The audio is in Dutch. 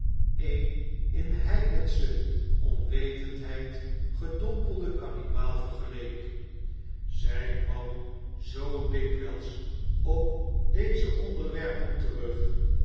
een in heidensche onwetendheid gedompelden kanibaal vergeleek zij kwam zoo dikwijls op deze onderwerpen temg